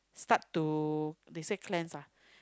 start to they say cleanse lah